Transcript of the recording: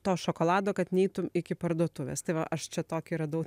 to šokolado kad neitum iki parduotuvės tai va aš čia tokį radau